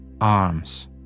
arms